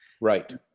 Right